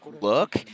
look